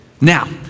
Now